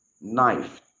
knife